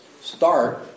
start